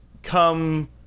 come